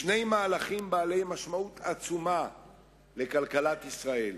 שני מהלכים בעלי משמעות עצומה לכלכלת ישראל.